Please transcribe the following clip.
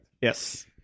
Yes